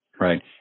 Right